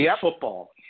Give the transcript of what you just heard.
football